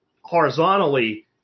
horizontally